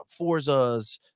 forzas